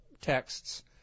texts